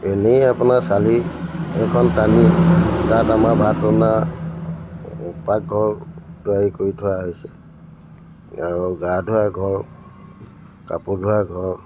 এনেই আপোনাৰ চালি এখন টানি তাত আমাৰ ভাত ৰন্ধা পাকঘৰ তৈয়াৰি কৰি থোৱা হৈছে আৰু গা ধোৱা ঘৰ কাপোৰ ধোৱা ঘৰ